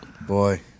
Boy